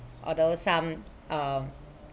although some uh